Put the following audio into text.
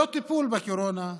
לא טיפול בקורונה,